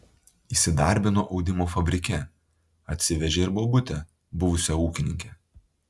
įsidarbino audimo fabrike atsivežė ir bobutę buvusią ūkininkę